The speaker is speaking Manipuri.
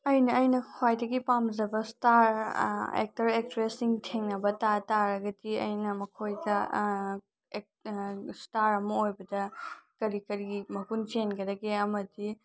ꯑꯩꯅ ꯑꯩꯅ ꯈ꯭ꯋꯥꯏꯗꯒꯤ ꯄꯥꯝꯖꯕ ꯏꯁꯇꯥꯔ ꯑꯦꯛꯇꯔ ꯑꯦꯛꯇ꯭ꯔꯦꯁꯁꯤꯡ ꯊꯦꯡꯅꯕ ꯇꯥꯔꯒꯗꯤ ꯑꯩꯅ ꯃꯈꯣꯏꯗ ꯏꯁꯇꯥꯔ ꯑꯃ ꯑꯣꯏꯕꯗ ꯀꯔꯤ ꯀꯔꯤ ꯃꯒꯨꯟ ꯆꯦꯟꯒꯗꯒꯦ ꯑꯃꯗꯤ